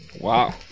Wow